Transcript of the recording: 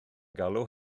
galw